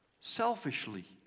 selfishly